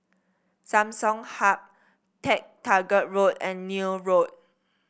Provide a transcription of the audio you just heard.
Samsung Hub MacTaggart Road and Neil Road